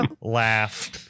laugh